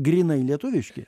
grynai lietuviški